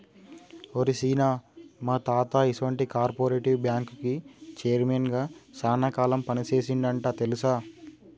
ఓరి సీన, మా తాత ఈసొంటి కార్పెరేటివ్ బ్యాంకుకి చైర్మన్ గా సాన కాలం పని సేసిండంట తెలుసా